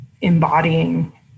embodying